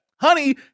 Honey